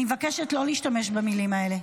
אני מבקשת לא להשתמש במלים האלה.